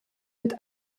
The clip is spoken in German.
mit